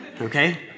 Okay